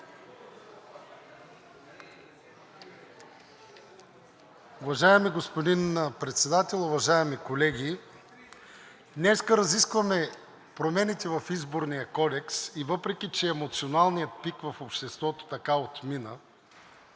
Уважаеми господин Председател, уважаеми колеги! Днес разискваме промените в Изборния кодекс и въпреки че емоционалният пик в обществото отмина,